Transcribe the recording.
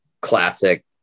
classic